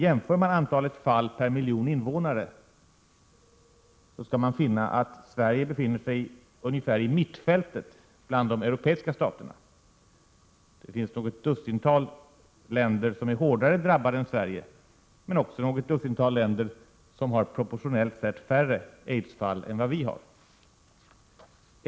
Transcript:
Jämför man antalet fall per miljon invånare skall man finna att Sverige befinner sig ungefär i mittfältet bland de europeiska staterna. Det finns något dussintal länder som är hårdare drabbade än Sverige men också något dussintal länder som proportionellt sett har färre aidsfall än vad vi har.